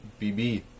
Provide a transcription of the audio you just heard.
BB